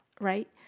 right